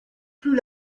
plus